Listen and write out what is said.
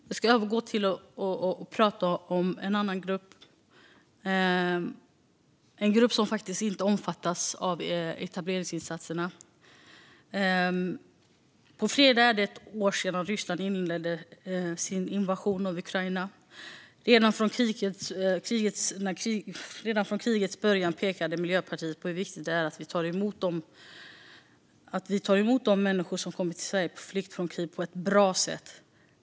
Jag ska övergå till att prata om en annan grupp som faktiskt inte omfattas av etableringsinsatserna. På fredag är det ett år sedan Ryssland inledde sin invasion av Ukraina. Redan från krigets början pekade Miljöpartiet på hur viktigt det är att vi tar emot de människor som kommer till Sverige på flykt undan kriget på ett bra sätt.